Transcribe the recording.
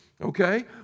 okay